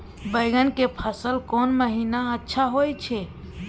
बैंगन के फसल कोन महिना अच्छा होय छै?